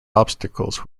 obstacles